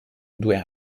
due